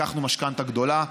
לקחנו משכנתה גדולה,